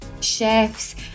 chefs